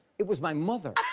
it was my mother.